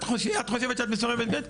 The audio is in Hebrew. את חושבת שאת מסורבת גט?